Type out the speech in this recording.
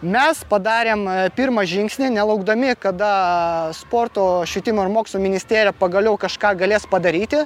mes padarėm pirmą žingsnį nelaukdami kada sporto švietimo ir mokslo ministerija pagaliau kažką galės padaryti